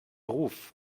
ruf